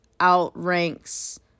outranks